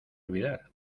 olvidar